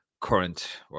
current